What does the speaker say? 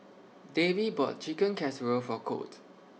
Davey bought Chicken Casserole For Colt